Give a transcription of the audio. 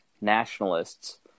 nationalists